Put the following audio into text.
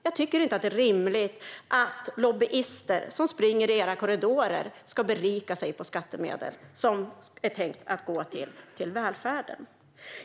Det är inte rimligt att de lobbyister som springer i era korridorer berikar sig på skattemedel som är tänkta att gå till välfärden.